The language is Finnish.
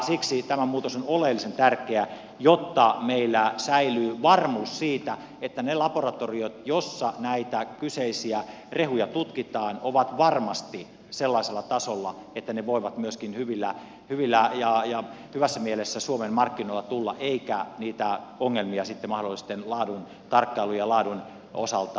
siksi tämä muutos on oleellisen tärkeä jotta meillä säilyy varmuus siitä että ne laboratoriot joissa näitä kyseisiä rehuja tutkitaan ovat varmasti sellaisella tasolla että ne voivat myöskin hyvillä ylä ja ja kyllä hyvässä mielessä suomen markkinoille tulla eikä niitä ongelmia sitten laaduntarkkailun ja laadun osalta mahdollisesti synny